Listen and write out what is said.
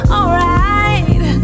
Alright